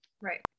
Right